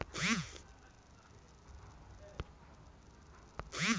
combine से कईकई बीघा खेत घंटा भर में कटात जात हवे